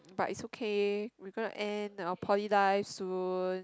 but it's okay we gonna end our poly life soon